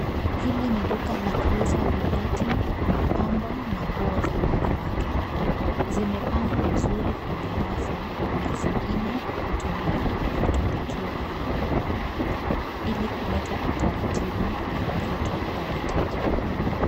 Hili ni duka la kuuza vibeti, mapambo na nguo za wanawake. Zimepangwa vizuri kwenye rafu na zingine kutumia vitundikio vya nguo ili kuleta utaratibu na mvuto kwa wateja.